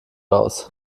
raus